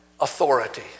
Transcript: authority